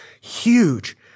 huge